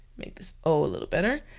make this o a little better,